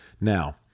Now